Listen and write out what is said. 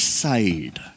side